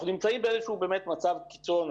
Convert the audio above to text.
אנחנו נמצאים באיזשהו באמת מצב קיצון.